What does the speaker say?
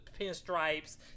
pinstripes